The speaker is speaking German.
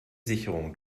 sicherung